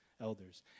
elders